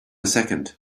second